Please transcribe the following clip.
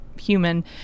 human